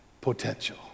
potential